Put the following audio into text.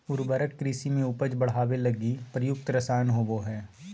उर्वरक कृषि में उपज बढ़ावे लगी प्रयुक्त रसायन होबो हइ